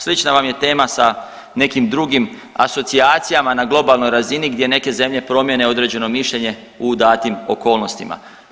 Slična vam je tema sa nekim drugim asocijacijama na globalnoj razini gdje neke zemlje promjene određeno mišljenje u datim okolnostima.